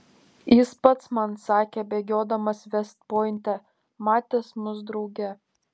jis pats man sakė bėgiodamas vest pointe matęs mus drauge